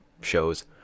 shows